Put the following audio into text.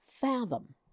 fathom